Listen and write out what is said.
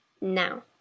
Now